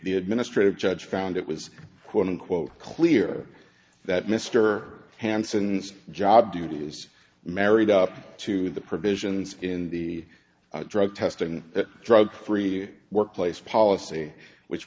the administrative judge found it was quote unquote clear that mr hansen's job duties married up to the provisions in the drug test and that drug free workplace policy which